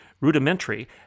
rudimentary